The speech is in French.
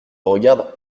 regarde